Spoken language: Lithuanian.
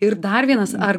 ir dar vienas ar